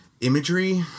imagery